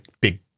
big